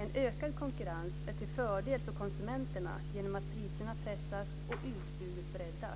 En ökad konkurrens är till fördel för konsumenterna genom att priserna pressas och utbudet breddas.